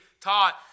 taught